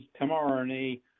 mRNA